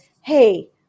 hey